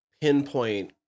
pinpoint